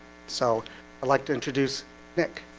so i'd like to introduce nick